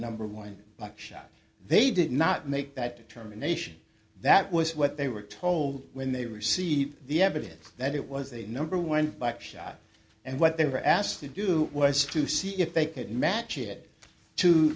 number one buckshot they did not make that determination that was what they were told when they received the evidence that it was a number one bike shot and what they were asked to do was to see if they could match it to